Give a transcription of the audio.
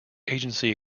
agency